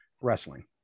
wrestling